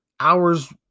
Hours